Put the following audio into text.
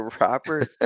Robert